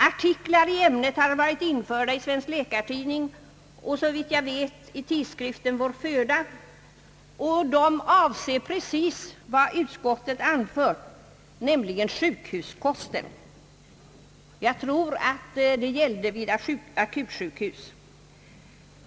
Artiklar i ämnet har varit införda i Svensk läkartidning och såvitt jag vet i tidskriften Vår föda, och de avser precis vad utskottet anfört, nämligen sjukhuskosten. Jag tror att det gäller kosten vid akutsjukhus.